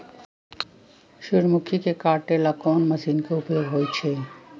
सूर्यमुखी के काटे ला कोंन मशीन के उपयोग होई छइ?